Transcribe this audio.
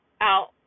out